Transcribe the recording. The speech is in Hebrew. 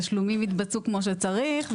שהתשלומים יתבצעו כמו שצריך,